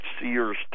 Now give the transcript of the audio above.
Sears